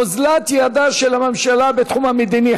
אוזלת ידה של הממשלה בתחום המדיני,